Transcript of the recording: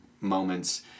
moments